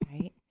right